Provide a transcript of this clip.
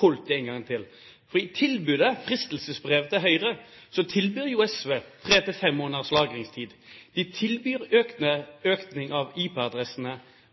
holdt dem én gang til. For i tilbudet – fristelsesbrevet – til Høyre tilbyr jo SV tre–fem måneders lagringstid. De tilbyr